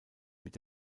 mit